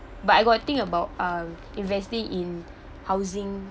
but I got think about um investing in housing